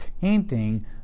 tainting